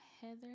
Heather